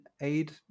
aid